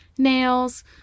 nails